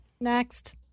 Next